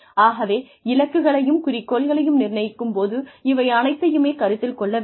ஆகவே இலக்குகளையும் குறிக்கோள்களையும் நிர்ணயிக்கும் போது இவை அனைத்தையுமே கருத்தில் கொள்ள வேண்டும்